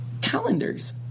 calendars